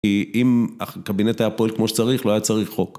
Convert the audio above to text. אם הקבינט היה פועל כמו שצריך, לא היה צריך חוק.